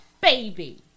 baby